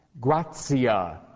Grazia